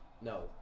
No